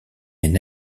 une